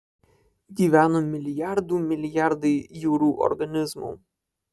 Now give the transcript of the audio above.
gyveno milijardų milijardai jūrų organizmų